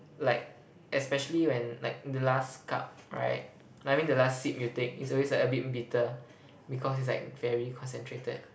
like especially when like the last cup right I mean the last sip you take is always like a bit bitter because it's like very concentrated